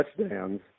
touchdowns